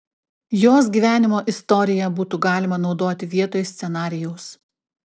jos gyvenimo istoriją būtų galima naudoti vietoj scenarijaus